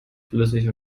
flüssig